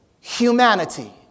Humanity